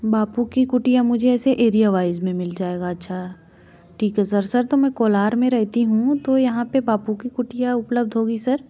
बापू की कुटिया मुझे ऐसे एरिया वाइज में मिल जाएगा अच्छा ठीक है सर सर तो मैं कोलार में रहती हूँ तो यहाँ पे बापू की कुटिया उपलब्ध होगी सर